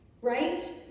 right